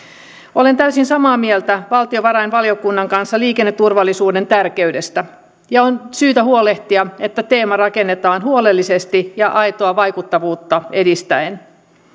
olen täysin samaa mieltä valtiovarainvaliokunnan kanssa liikenneturvallisuuden tärkeydestä ja on syytä huolehtia että teema rakennetaan huolellisesti ja aitoa vaikuttavuutta edistäen